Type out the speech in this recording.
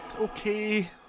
okay